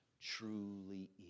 truly